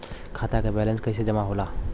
खाता के वैंलेस कइसे जमा होला?